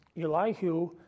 Elihu